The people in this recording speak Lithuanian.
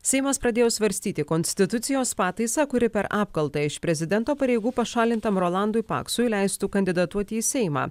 seimas pradėjo svarstyti konstitucijos pataisą kuri per apkaltą iš prezidento pareigų pašalintam rolandui paksui leistų kandidatuoti į seimą